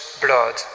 blood